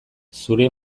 zure